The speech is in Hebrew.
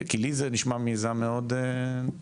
כי לי זה נשמע מיזם מאוד נכון,